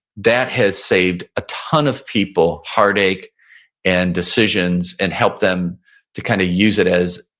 that has saved a ton of people heartache and decisions and helped them to kind of use it as,